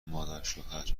مادرشوهربه